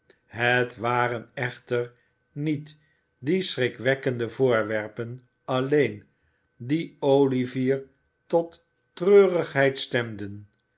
het waren echter niet die schrikverwekkende voorwerpen alleen die olivier tot treurigheid stemden